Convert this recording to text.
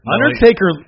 Undertaker